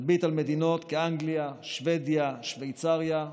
נביט על מדינות כאנגליה, שבדיה, שווייצריה,